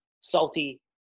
salty